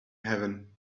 heaven